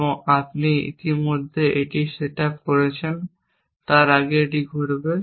এবং আপনি ইতিমধ্যে এটি সেটআপ করেছেন তার আগে এটি ঘটবে